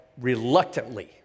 reluctantly